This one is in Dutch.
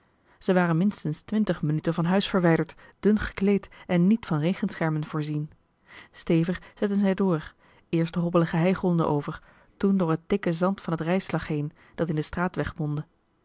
zij waren minstens twintig minuten van huis verwijderd dun gekleed en niet van regenschermen voorzien stevig zette zij door eerst de hobbelige heigronden over toen door het dikke zand van het rijslag heen dat in den straatweg mondde